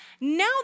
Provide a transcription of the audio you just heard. Now